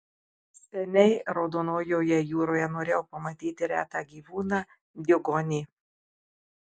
seniai raudonojoje jūroje norėjau pamatyti retą gyvūną diugonį